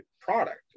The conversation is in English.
product